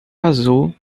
azul